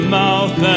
mouth